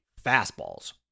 fastballs